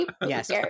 Yes